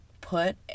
put